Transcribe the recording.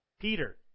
Peter